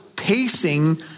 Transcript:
pacing